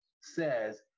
says